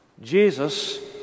Jesus